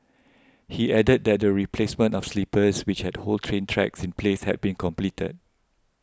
he added that the replacement of sleepers which hold train tracks in place had been completed